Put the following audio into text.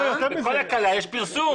בכל הקלה יש פרסום.